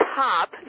top